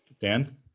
Dan